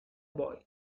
boy